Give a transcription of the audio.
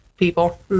people